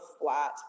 flat